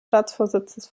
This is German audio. ratsvorsitzes